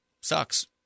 sucks